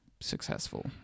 successful